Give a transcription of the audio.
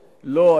לא,